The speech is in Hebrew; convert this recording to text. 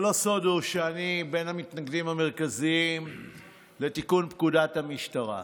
זה לא סוד שאני בין המתנגדים המרכזיים לתיקון פקודת המשטרה.